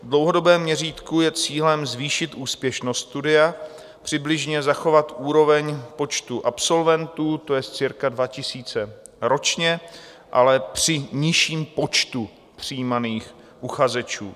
V dlouhodobém měřítku je cílem zvýšit úspěšnost studia, přibližně zachovat úroveň počtu absolventů, to jest cirka 2 000 ročně, ale při nižším počtu přijímaných uchazečů.